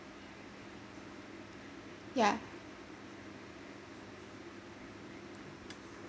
yeah